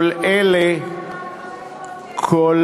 איפה אפשר לשכור דירה ב-2,500 שקל?